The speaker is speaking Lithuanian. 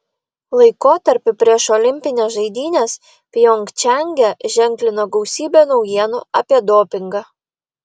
laikotarpį prieš olimpines žaidynes pjongčange ženklino gausybė naujienų apie dopingą